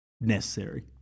necessary